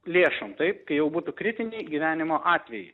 lėšom taip kai jau būtų kritiniai gyvenimo atvejai